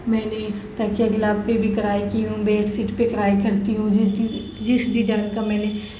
میں نے تکیہ غلاف پہ بھی کڑھائی کی ہوں بیڈ سیٹ پہ کڑھائی کرتی ہوں جس ڈیجائن کا میں نے